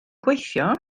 gweithio